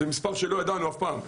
זה מספר שלא ידענו אף פעם,